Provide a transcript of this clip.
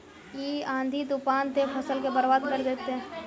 इ आँधी तूफान ते फसल के बर्बाद कर देते?